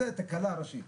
זו תקלה ראשית.